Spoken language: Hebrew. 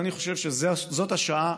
אני חושב שזאת השעה